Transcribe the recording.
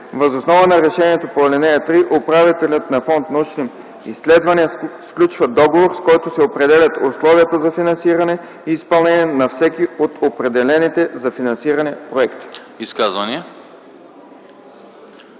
Въз основа на решението по ал. 3 управителят на Фонд „Научни изследвания” сключва договор, с който се определят условията за финансиране и изпълнение на всеки от определените за финансиране проекти.”